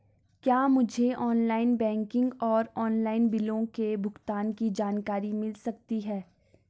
क्या मुझे online banking और ऑनलाइन बिलों के भुगतान की जानकारी मिल सकता है?